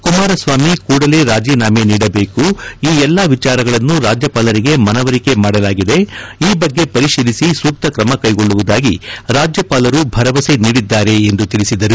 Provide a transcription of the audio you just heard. ಕುಮಾರಸ್ವಾಮಿ ಕೂಡಲೇ ರಾಜೀನಾಮೆ ನೀಡಬೇಕು ಈ ಎಲ್ಲಾ ವಿಚಾರಗಳನ್ನು ರಾಜ್ಯಪಾಲರಿಗೆ ಮನವರಿಕೆ ಮಾಡಲಾಗಿದೆ ಈ ಬಗ್ಗೆ ಪರಿಶೀಲಿಸಿ ಸೂಕ್ತ ಕ್ರಮ ಕೈಗೊಳ್ಳುವುದಾಗಿ ರಾಜ್ಯಪಾಲರು ಭರವಸೆ ನೀಡಿದ್ದಾರೆ ಎಂದು ತಿಳಿಸಿದರು